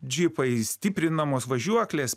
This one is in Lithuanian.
džipai stiprinamos važiuoklės